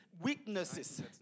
Weaknesses